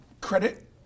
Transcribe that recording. credit